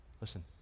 Listen